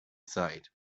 sight